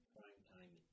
Primetime